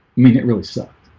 mean it really sucked.